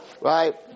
right